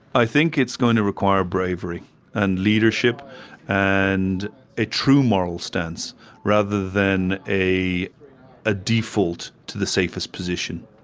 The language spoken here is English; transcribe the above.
i think it's going to require bravery and leadership and a true moral stance rather than a a default to the safest position.